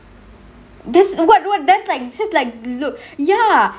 that's what what that's like just like look ya